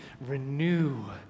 Renew